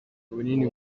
ubunini